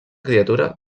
criatura